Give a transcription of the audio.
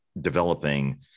developing